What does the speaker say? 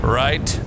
right